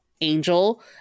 Angel